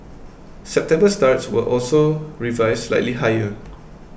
September starts were also revised slightly higher